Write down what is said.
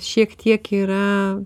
šiek tiek yra